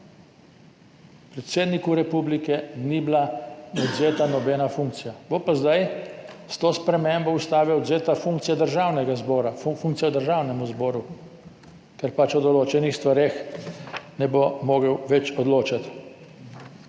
Predsedniku republike ni bila odvzeta nobena funkcija. Bo pa zdaj s to spremembo ustave odvzeta funkcija Državnemu zboru, ker pač o določenih stvareh ne bo mogel več odločati.